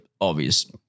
obvious